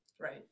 Right